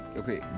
okay